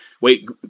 wait